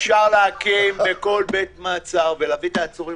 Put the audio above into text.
אפשר להקים בכל בית מעצר ולהביא את העצורים